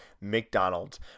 McDonald's